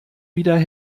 wieder